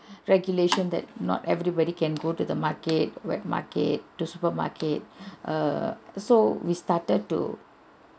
regulation that not everybody can go to the market wet market to supermarket err so we started to